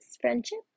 friendship